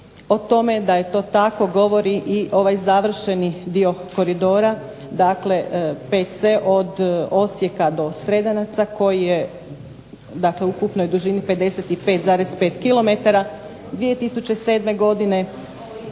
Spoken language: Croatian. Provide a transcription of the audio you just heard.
O tome da je to tako govori i ovaj završeni dio Koridora VC od Osijeka do Sredanaca koji je dakle u ukupnoj dužini 55,5 km. 2007. godine